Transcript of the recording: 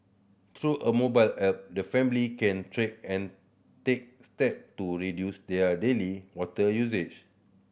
through a mobile app the family can track and take step to reduce their daily water usage